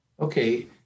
okay